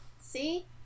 See